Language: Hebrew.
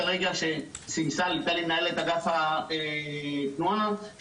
מנהלת אגף התנועה,